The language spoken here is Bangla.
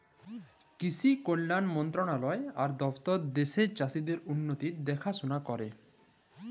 কিসি কল্যাল মলতরালায় আর দপ্তর দ্যাশের চাষীদের উল্লতির দেখাশোলা ক্যরে